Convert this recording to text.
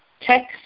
text